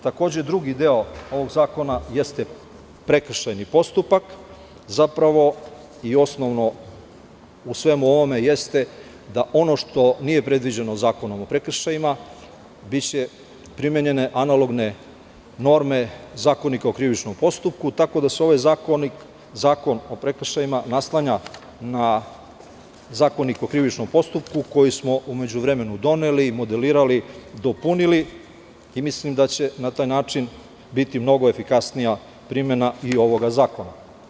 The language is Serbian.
Takođe drugi deo ovog zakona jeste prekršajni postupak zapravo i osnovno u svemu ovome jeste da ono što nije predviđeno Zakonom o prekršajima biće primenjene analogne norme Zakonika o krivičnom postupku, tako da se ovaj Zakon o prekršajima naslanja na Zakonik o krivičnom postupku koji smo u međuvremenu doneli, modelirali, dopunili i mislim da će na taj način biti mnogo efikasnija primena i ovoga zakona.